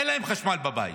אין להם חשמל בבית.